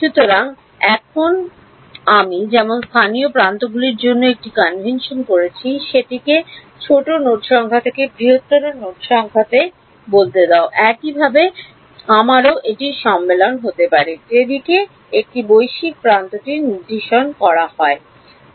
সুতরাং এখন আমি যেমন স্থানীয় প্রান্তগুলির জন্য একটি কনভেনশন করেছি সেটিকে ছোট নোড সংখ্যা থেকে বৃহত্তর নোড সংখ্যাতে বলতে দাও একইভাবে আমারও একটি সম্মেলন হতে পারে যেদিকে একটি বৈশ্বিক প্রান্তটি নির্দেশ করা উচিত